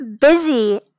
busy